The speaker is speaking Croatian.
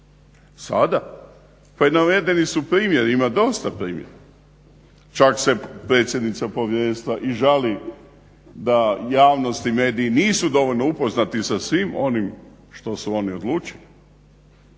Sada pa i navedeni su primjeri, ima dosta primjera, čak se i predsjednica povjerenstva žali da javnost i mediji nisu dovoljno upoznati sa svim onim što su oni odlučili.